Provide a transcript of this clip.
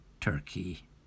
Turkey